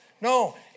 no